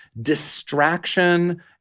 distraction